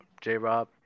J-Rob